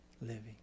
living